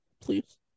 please